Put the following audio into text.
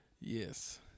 Yes